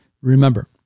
Remember